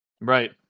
Right